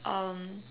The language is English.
um